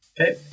okay